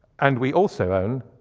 and we also own,